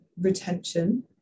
retention